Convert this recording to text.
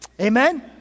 Amen